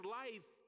life